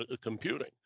computing